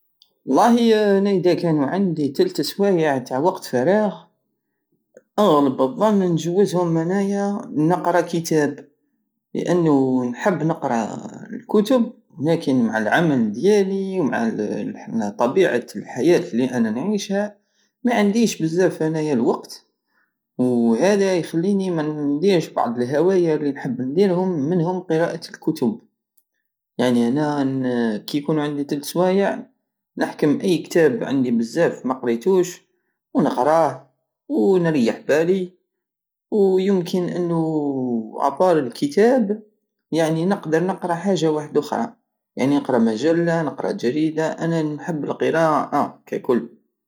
والله انا ادا كان عندي تلت سوايع تع وقت فراغ اغلب الظن ان نجوزهم انايا نقرى كتاب لانو نحب نقرى الكتب لكن مع العمل ديالي ومع طبيعة الحياة الي انا نعيشها معنديش بزاف انايا الوقت وهدا يخليني انا منديرش بعض الهوايا الي نحب نديرهم منهم قراءة الكتب يعني انا كي يكون عندي تلت سوايع نحكم اي كتاب عندي بزاف مقريتوش ونقراه ونريح بالي ويمكن انو ابار الكتاب يعني نقدر نقرى حاجة وحدوخرى يعني نقرى مجلة نقرى جريدة انا نحب القراءة ككل